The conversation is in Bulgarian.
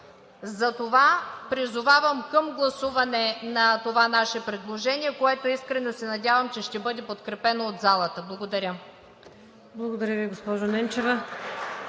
Затова призовавам към гласуване на това наше предложение, което искрено се надявам, че ще бъде подкрепено от залата. Благодаря. (Ръкопляскания от „БСП за